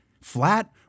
Flat